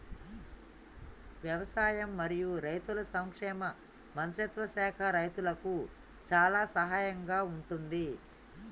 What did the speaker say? వ్యవసాయం మరియు రైతుల సంక్షేమ మంత్రిత్వ శాఖ రైతులకు చాలా సహాయం గా ఉంటుంది